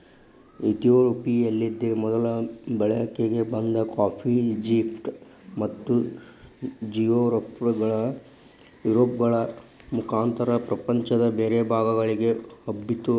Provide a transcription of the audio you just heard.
ಇತಿಯೋಪಿಯದಲ್ಲಿ ಮೊದಲು ಬಳಕೆಗೆ ಬಂದ ಕಾಫಿ, ಈಜಿಪ್ಟ್ ಮತ್ತುಯುರೋಪ್ಗಳ ಮುಖಾಂತರ ಪ್ರಪಂಚದ ಬೇರೆ ಭಾಗಗಳಿಗೆ ಹಬ್ಬಿತು